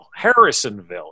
Harrisonville